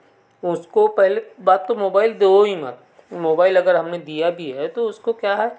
उसको पहले बात तो मोबाइल दो ही मत मोबाइल हमें दिया भी है तो उसको क्या है